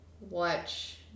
watch